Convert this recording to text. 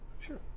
Sure